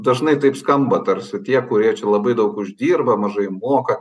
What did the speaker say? dažnai taip skamba tarsi tie kurie čia labai daug uždirba mažai moka